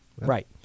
right